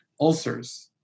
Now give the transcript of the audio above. ulcers